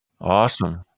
Awesome